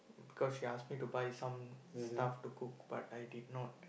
because she ask me to buy some stuff to cook but I did not